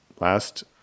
last